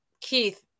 Keith